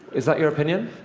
is that your opinion?